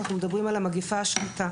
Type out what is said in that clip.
אנחנו מדברים על המגפה השקטה.